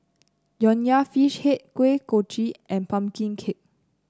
Nonya Fish Head Kuih Kochi and pumpkin cake